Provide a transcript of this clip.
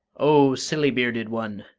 o, silly-bearded one!